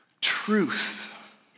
truth